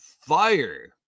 fire